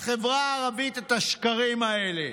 לחברה הערבית, את השקרים האלה.